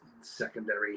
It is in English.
secondary